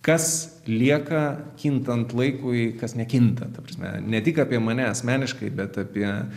kas lieka kintant laikui kas nekinta ta prasme ne tik apie mane asmeniškai bet apie